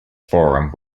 forum